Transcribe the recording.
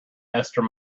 esther